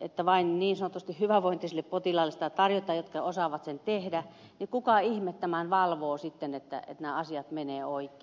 että vain niin sanotusti hyvävointiselle potilaalle sitä tarjotaan jotka osaavat sitä käyttää niin kuka ihme tämän valvoo sitten että nämä asiat menevät oikein